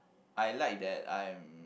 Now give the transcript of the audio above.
I like that I am